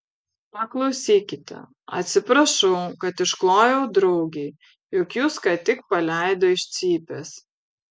paklausykite atsiprašau kad išklojau draugei jog jus ką tik paleido iš cypės